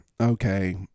okay